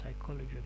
psychology